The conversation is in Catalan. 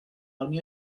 unió